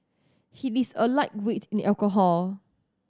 he is a lightweight in alcohol